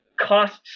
costs